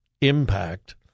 impact